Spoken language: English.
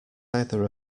either